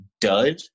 dud